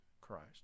christ